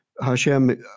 Hashem